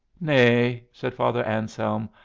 nay, said father anselm,